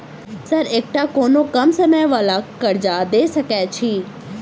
Sir एकटा कोनो कम समय वला कर्जा दऽ सकै छी?